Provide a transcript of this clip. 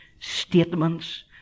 statements